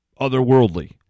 otherworldly